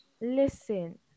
listen